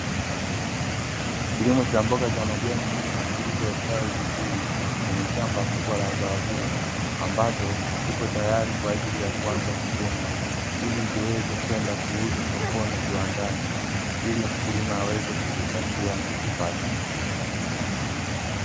Kilimo cha mboga za majani nyingi zilizostawi vizuri kwenye shamba kubwa la zao hilo, ambazo zipo tayari kwa ajili ya kuanza kuvunwa, ili ziweze kwenda kuuzwa sokoni na viwandani, ili mkulima aweze kujipatia kipato.